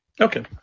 Okay